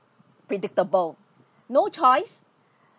predictable no choice